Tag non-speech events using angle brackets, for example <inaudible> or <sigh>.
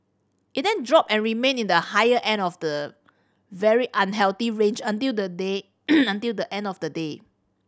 it then dropped and remained in the higher end of the very unhealthy range until the day <noise> until the end of the day